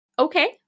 Okay